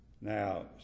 now